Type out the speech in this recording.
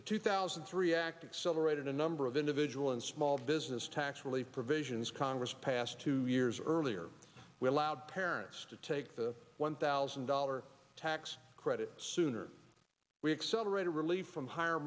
to two thousand and three act celebrated a number of individual and small business tax relief provisions congress passed two years earlier we allowed parents to take the one thousand dollars tax credit sooner we accelerated relief from higher